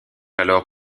alors